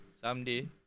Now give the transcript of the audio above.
Someday